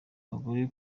abagore